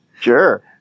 Sure